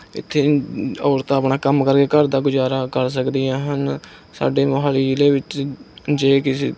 ਇੱਥੇ ਔਰਤਾਂ ਆਪਣਾ ਕੰਮ ਕਰਕੇ ਘਰ ਦਾ ਗੁਜ਼ਾਰਾ ਕਰ ਸਕਦੀਆਂ ਹਨ ਸਾਡੇ ਮੋਹਾਲੀ ਜ਼ਿਲ੍ਹੇ ਵਿੱਚ ਜੇ ਕਿਸੇ